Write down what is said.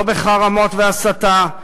לא בחרמות והסתה,